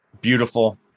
beautiful